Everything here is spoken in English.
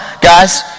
guys